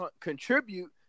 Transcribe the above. contribute